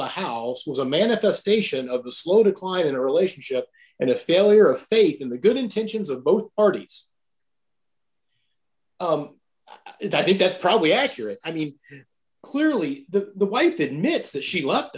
the house was a manifestation of the slow decline in a relationship and a failure of faith in the good intentions of both parties that i think that's probably accurate i mean clearly the wife admits that she loved